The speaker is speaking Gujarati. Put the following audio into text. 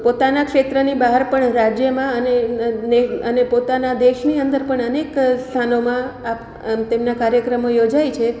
પોતાના ક્ષેત્રની બહાર પણ રાજ્યમાં અને અને પોતાના દેશની અંદર પણ અનેક સ્થાનોમાં તેમના કાર્યક્રમો યોજાય છે